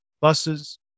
buses